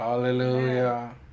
Hallelujah